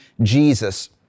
Jesus